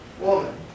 Woman